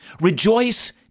Rejoice